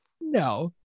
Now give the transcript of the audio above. no